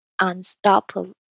unstoppable